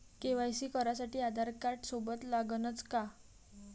KYC करासाठी आधारकार्ड सोबत लागनच का?